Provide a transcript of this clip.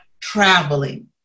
traveling